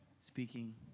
Speaking